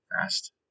Fast